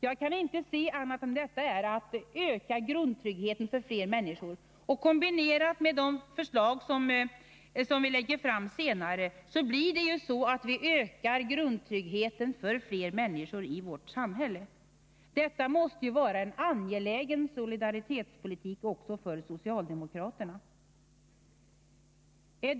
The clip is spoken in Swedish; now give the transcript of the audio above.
Jag kan inte se annat än att effekten, tillsammans med det förslag som vi lägger fram senare, blir att vi ökar grundtryggheten för flera människor i vårt samhälle. Detta måste vara en angelägen solidaritetspolitik också för socialdemokraterna.